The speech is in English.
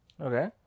Okay